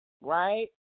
right